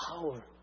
power